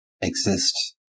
exist